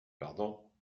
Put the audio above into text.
pardon